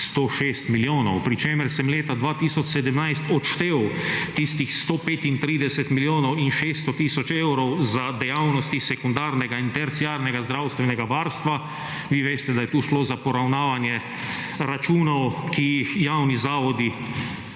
106 milijonov, pri čemer sem leta 2017 odštel tistih 135 milijonov in 600 tisoč evrov za dejavnosti sekundarnega in terciarnega zdravstvenega varstva. Vi veste, da je tukaj šlo za poravnavanje računov, ki jih javni zavodi